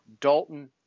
Dalton